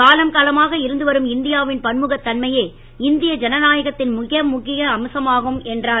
காலங்காலமாக இருத்து வரும் இந்தியாவின் பன்முகத் தன்மையே இந்திய ஜனநாயகத்தின் மிக முக்இய அம்சமாகும் என்றார்